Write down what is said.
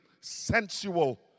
sensual